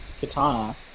Katana